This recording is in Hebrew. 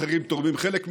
אחרים תורמים חלק משכרם,